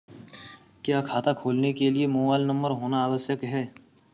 क्या खाता खोलने के लिए मोबाइल नंबर होना आवश्यक है?